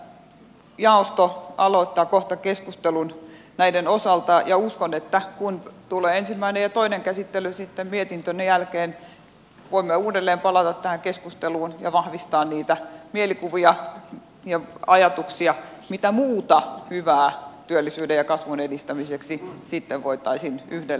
jaosto aloittaa kohta keskustelun näiden osalta ja uskon että kun tulee ensimmäinen ja toinen käsittely sitten mietinnön jälkeen voimme uudelleen palata tähän keskusteluun ja vahvistaa niitä mielikuvia ja ajatuksia mitä muuta hyvää työllisyyden ja kasvun edistämiseksi voitaisiin tehdä